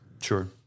Sure